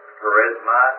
charisma